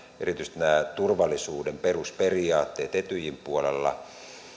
erityisesti nämä turvallisuuden perusperiaatteet eyjin puolella